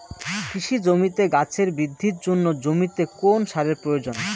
কৃষি জমিতে গাছের বৃদ্ধির জন্য জমিতে কোন সারের প্রয়োজন?